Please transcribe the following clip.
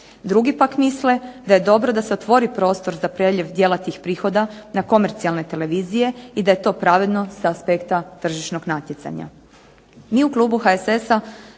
Drugi pak misle da je dobro da se otvori prostor za priljev djelatnih prihoda na komercijalne televizije i da je to pravedno s aspekta tržišnog natjecanja.